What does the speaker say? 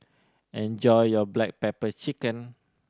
enjoy your black pepper chicken